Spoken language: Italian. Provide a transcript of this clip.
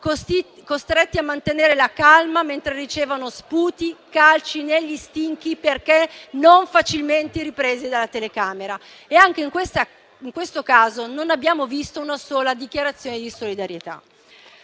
costretti a mantenere la calma mentre ricevono sputi e calci negli stinchi, perché non facilmente ripresi dalla telecamera. Anche in questo caso, non abbiamo visto una sola dichiarazione di solidarietà.